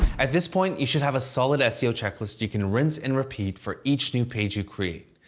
at this point, you should have a solid seo checklist you can rinse and repeat for each new page you create.